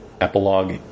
epilogue